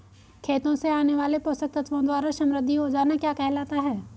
खेतों से आने वाले पोषक तत्वों द्वारा समृद्धि हो जाना क्या कहलाता है?